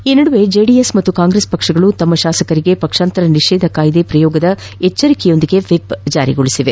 ಈ ನಡುವೆ ಜೆಡಿಎಸ್ ಮತ್ತು ಕಾಂಗ್ರೆಸ್ ಪಕ್ಷಗಳು ತಮ್ಮ ಶಾಸಕರಿಗೆ ಪಕ್ಷಾಂತರ ನಿಷೇಧ ಕಾಯಿದೆ ಪ್ರಯೋಗದ ಎಚ್ಚರಿಕೆಯೊಂದಿಗೆ ವಿಪ್ ನೀಡಿವೆ